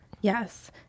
Yes